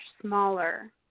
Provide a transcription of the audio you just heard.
smaller